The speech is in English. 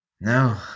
No